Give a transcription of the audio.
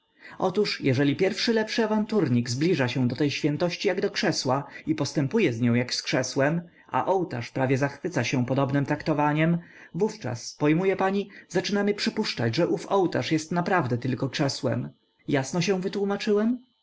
otóż jeżeli pierwszy lepszy awanturnik zbliża się do tej świętości jak do krzesła i postępuje z nią jak z krzesłem a ołtarz prawie zachwyca się podobnem traktowaniem wówczas pojmuje pani zaczynamy przypuszczać że ów ołtarz jest naprawdę tylko krzesłem jasno się wytłómaczyłem